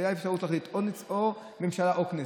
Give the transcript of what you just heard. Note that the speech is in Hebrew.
הייתה אפשרות להחליט: או ממשלה או כנסת,